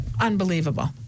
unbelievable